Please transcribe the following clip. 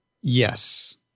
Yes